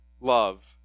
love